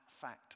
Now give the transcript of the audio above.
fact